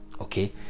okay